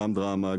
גם דרמה,